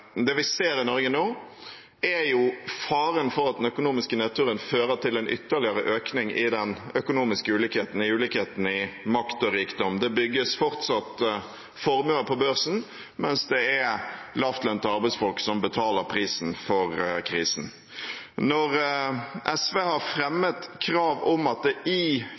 Det vi ser i Norge nå, er faren for at den økonomiske nedturen fører til en ytterligere økning i den økonomiske ulikheten, i ulikheten i makt og rikdom. Det bygges fortsatt formuer på børsen, mens det er lavtlønte arbeidsfolk som betaler prisen for krisen. Når SV har fremmet at det i krisepakkene til næringslivet burde tas inn et krav om